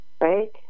right